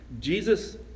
Jesus